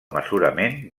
mesurament